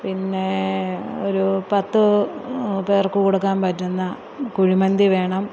പിന്നേ ഒരു പത്ത് പേർക്ക് കൊടുക്കാൻ പറ്റുന്ന കുഴിമന്തി വേണം